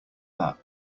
that